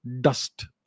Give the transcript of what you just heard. dust